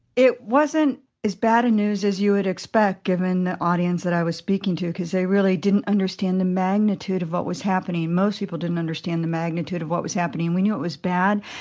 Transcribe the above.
it wasn't as bad a news as you would expect, given the audience that i was speaking to because they really didn't understand the magnitude of what was happening. most people didn't understand the magnitude of what was happening and we knew it was bad.